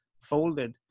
folded